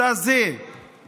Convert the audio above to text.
אתה זה שאמר: